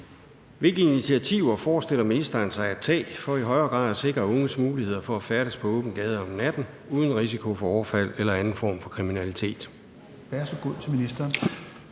Hvilke initiativer forestiller ministeren sig at tage for i højere grad at sikre unges muligheder for at færdes på åben gade om natten uden risiko for overfald eller anden form for kriminalitet?